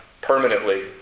permanently